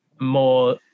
more